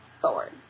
forward